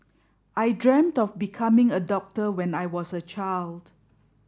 I dreamt of becoming a doctor when I was a child